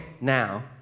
now